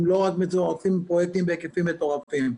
ועושים פרויקטים בהיקפים מטורפים.